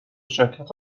شرکت